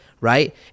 right